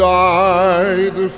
died